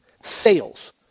Sales